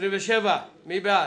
הצבעה בעד,